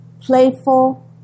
playful